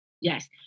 Yes